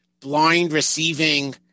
blind-receiving